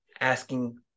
asking